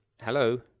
hello